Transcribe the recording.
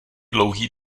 dlouhý